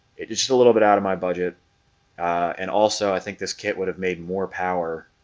it it just a little bit out of my budget and also i think this kit would have made more power,